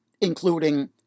including